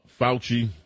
Fauci